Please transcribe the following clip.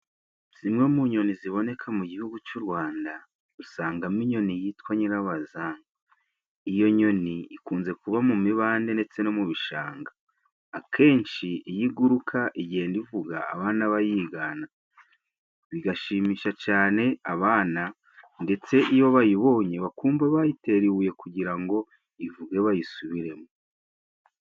Zimwe mu nyoni ziboneka mu gihugu cy'u Rwanda usangamo inyoni yitwa nyirabazana, iyo nyoni ikunze kuba mu mibande ndetse no mu bishanga. Akenshi iyo iguruka igenda ivuga abana bayigana, bigashimisha cane abana, ndetse iyo bayibonye bakumva bayitera ibuye kugira ngo ivuge bayisubiremo.